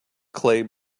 clay